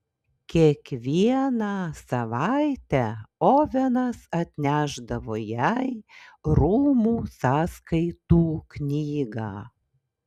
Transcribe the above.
kiekvieną savaitę ovenas atnešdavo jai rūmų sąskaitų knygą